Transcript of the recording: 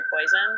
Poison